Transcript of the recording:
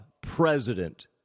President